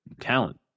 talent